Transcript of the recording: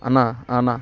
అన్నా అన్నా